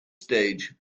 stage